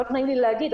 לא נעים לי להגיד,